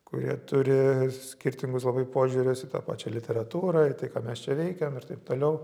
kurie turi skirtingus labai požiūrius į tą pačią literatūrą į tai ką mes čia veikiam ir taip toliau